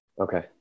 Okay